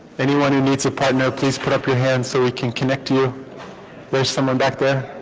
anyone who needs a partner please put up your hand so we can connect to you there's someone back there